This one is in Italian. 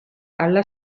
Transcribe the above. alla